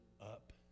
up